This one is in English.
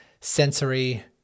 sensory